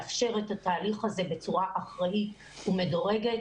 כדי לאפשר את התהליך הזה בצורה אחראית ומדורגת.